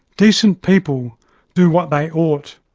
decent people do what they ought,